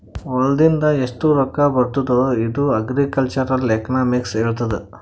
ಹೊಲಾದಿಂದ್ ಎಷ್ಟು ರೊಕ್ಕಾ ಬರ್ತುದ್ ಇದು ಅಗ್ರಿಕಲ್ಚರಲ್ ಎಕನಾಮಿಕ್ಸ್ ಹೆಳ್ತುದ್